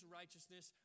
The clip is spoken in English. righteousness